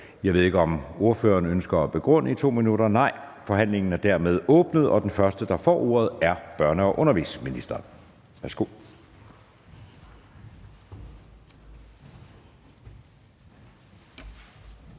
Jeg ved ikke, om ordføreren ønsker at begrunde i 2 minutter. Nej. Forhandlingen er dermed åbnet, og den første, der får ordet, er børne- og undervisningsministeren.